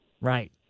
Right